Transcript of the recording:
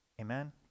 Amen